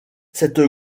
cette